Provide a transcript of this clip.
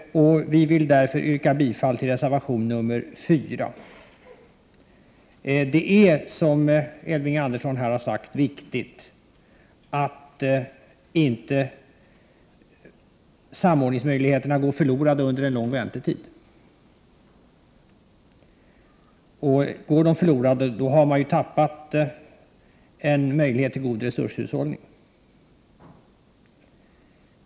Vi vill därför yrka bifall till reservation 4. Som Elving Andersson har sagt är det viktigt att samordningsmöjligheterna inte går förlorade under en lång väntetid. Går möjligheterna förlorade har man tappat en förutsättning för god resurshushållning.